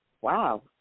Wow